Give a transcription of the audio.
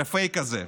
על הפייק הזה.